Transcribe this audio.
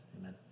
Amen